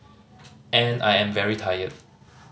and I am very tired